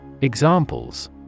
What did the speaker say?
Examples